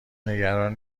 نگران